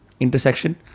intersection